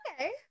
okay